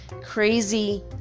crazy